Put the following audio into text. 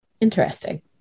Interesting